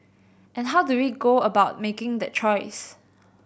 and how do we go about making the choice